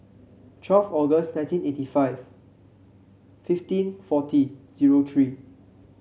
twelve August nineteen eighty five fifteen forty zero three